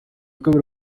kabiri